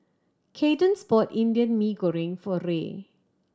Kadence bought Indian Mee Goreng for Ray